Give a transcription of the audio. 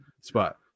spot